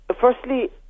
Firstly